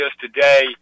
today